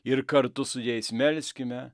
ir kartu su jais melskime